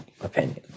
opinion